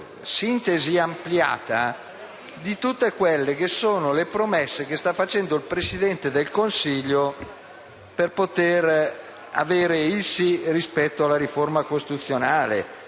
sintesi ampliata di tutte le promesse che sta facendo il Presidente del Consiglio per poter avere il «sì» sulla riforma costituzionale: